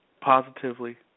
positively